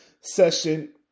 session